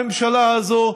הממשלה הזאת,